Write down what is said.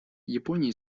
японии